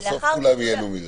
שבסוף כולם ייהנו מזה.